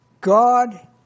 God